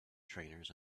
trainers